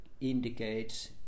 indicates